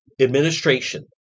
administration